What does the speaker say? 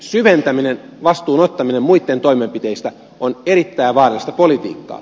syventäminen vastuun ottaminen muitten toimenpiteistä on erittäin vaarallista politiikkaa